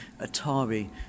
Atari